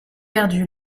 perdu